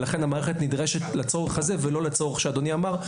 ולכן המערכת נדרשת לצורך הזה ולא לצורך שאדוני אמר.